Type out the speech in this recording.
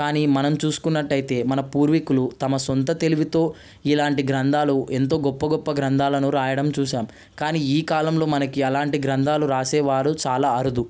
కానీ మనం చూసుకున్నట్లయితే మన పూర్వీకులు తమ సొంత తెలివితో ఇలాంటి గ్రంధాలు ఎంతో గొప్ప గొప్ప గ్రంథాలను రాయడం చూసాం కానీ ఈ కాలంలో మనకి అలాంటి గ్రంథాలు రాసేవారు చాలా అరుదు